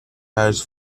has